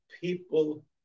People